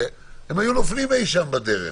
הם היו נופלים אי-שם בדרך,